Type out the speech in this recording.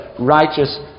righteous